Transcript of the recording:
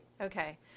Okay